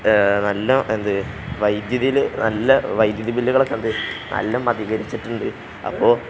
നല്ല എന്ത് വൈദ്യുതിയിൽ നല്ല വൈദ്യുതി ബില്ലുകളൊക്കെയുണ്ട് നല്ല അധിതീകരിച്ചിട്ടുണ്ട് അപ്പോൾ